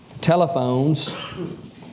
telephones